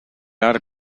are